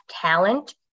talent